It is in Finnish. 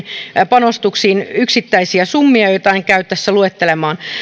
panostuksiin yksittäisiä summia joita en käy tässä luettelemaan todetaan